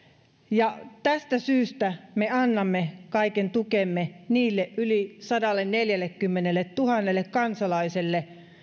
ja tästä syystä me annamme kaiken tukemme niille yli sadalleneljällekymmenelletuhannelle kansalaiselle